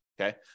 Okay